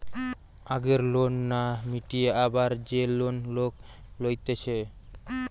আগের লোন না মিটিয়ে আবার যে লোন লোক লইতেছে